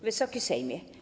Wysoki Sejmie!